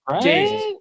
Jesus